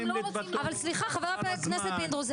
חבר הכנסת פינדרוס,